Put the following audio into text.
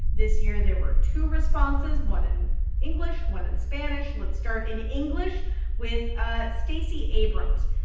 this year, there were two responses one in english, one in spanish. let's start in english with ah stacey abrams.